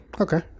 Okay